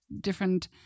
different